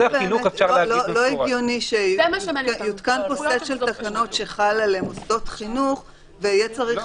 לא הגיוני שיותקן פה סט של תקנות שחל על מוסדות חינוך ויהיה צריך